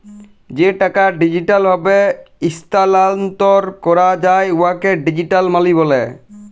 যে টাকা ডিজিটাল ভাবে ইস্থালাল্তর ক্যরা যায় উয়াকে ডিজিটাল মালি ব্যলে